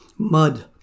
mud